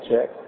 check